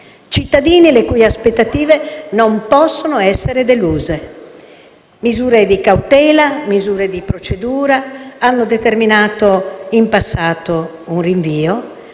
Cittadini le cui aspettative non possono essere deluse. Misure di cautela e di procedura hanno determinato in passato un rinvio,